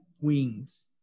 wings